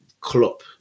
Klopp